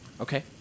Okay